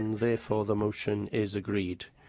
therefore, the motion is agreed.